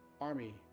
Army